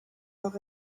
leur